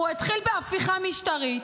הוא התחיל בהפיכה משטרית,